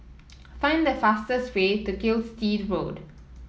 find the fastest way to Gilstead Road